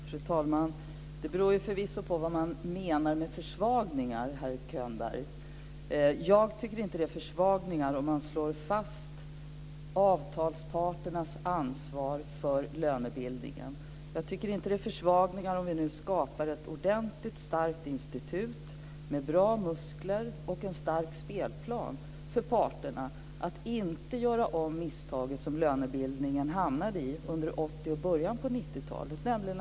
Fru talman! Det beror förvisso på vad man menar med försvagningar, herr Könberg. Jag tycker inte att det är försvagningar om man slår fast avtalsparternas ansvar för lönebildningen. Jag tycker inte att det är försvagningar om vi nu skapar ett ordentligt, starkt institut med bra muskler och en stark spelplan så att parterna inte gör om de misstag som lönebildningen hamnade i under 80-talet och början av 90-talet.